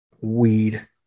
weed